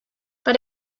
but